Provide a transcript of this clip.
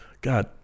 God